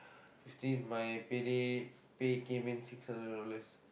fifteen my pay day pay came in six hundred dollars